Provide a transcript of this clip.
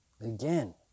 again